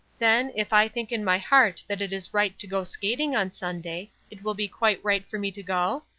then, if i think in my heart that it is right to go skating on sunday, it will be quite right for me to go?